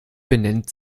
benennt